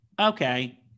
Okay